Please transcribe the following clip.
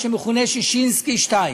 מה שמכונה ששינסקי 2: